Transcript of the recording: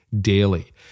Daily